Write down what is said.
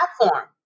platform